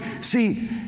See